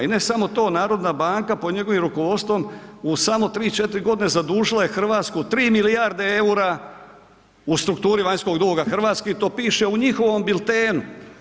I ne samo to, Narodna banka pod njegovim rukovodstvom u samo 3, 4 godine zadužila je Hrvatsku 3 milijarde eura u strukturi vanjskog duga hrvatskih, to piše u njihovom biltenu.